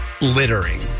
littering